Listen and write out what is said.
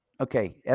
Okay